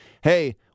Hey